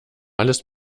alles